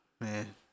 Man